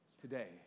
today